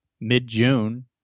mid-June